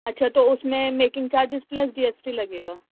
اچھا تو اس میں making charges plus G S T لگے گا